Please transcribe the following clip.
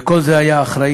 לכל זה היה אחראי,